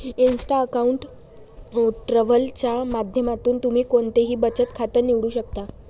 Insta account travel च्या माध्यमातून तुम्ही कोणतंही बचत खातं निवडू शकता